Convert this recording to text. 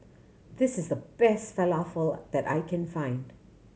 this is the best Falafel that I can find